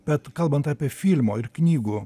bet kalbant apie filmo ir knygų